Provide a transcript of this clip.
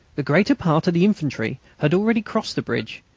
the greater part of the infantry had already crossed the bridge,